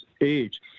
age